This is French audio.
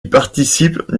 participent